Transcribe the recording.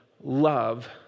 love